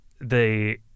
they-